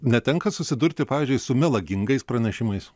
netenka susidurti pavyzdžiui su melagingais pranešimais